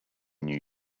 new